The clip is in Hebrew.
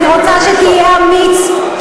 אני רוצה שתהיה אמיץ,